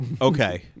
Okay